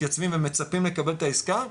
מתייצבים ומצפים לקבל את העסקה,